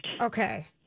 Okay